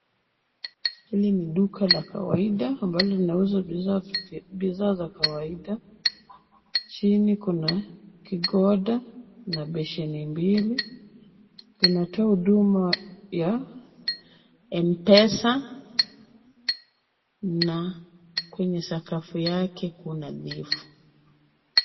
Hili ni duka la kawaida ambalo linauza bidhaa za kawaida. Chini kuna kikoda na besheni mbili, zinatoa huduma ya mpesa na kwenye sakafu yake ku nadhifu